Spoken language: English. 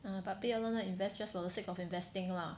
mm but 不要乱乱 invest just for the sake of investing lah